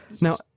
Now